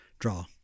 draw